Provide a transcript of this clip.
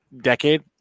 decade